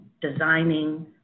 designing